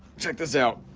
check this out,